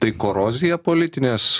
tai korozija politinės